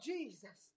Jesus